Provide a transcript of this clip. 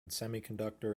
semiconductor